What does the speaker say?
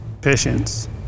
patience